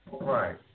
Right